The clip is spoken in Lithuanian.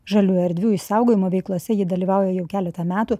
žalių erdvių išsaugojimo veiklose ji dalyvauja jau keletą metų